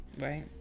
Right